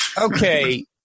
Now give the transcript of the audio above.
Okay